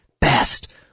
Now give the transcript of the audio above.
Best